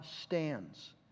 stands